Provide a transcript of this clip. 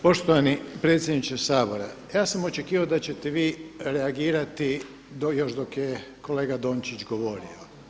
Poštovani predsjedniče Sabora, ja sam očekivao da ćete vi reagirati još dok je kolega Dončić govorio.